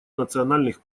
национальных